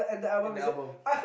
in the album